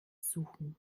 suchen